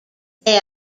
they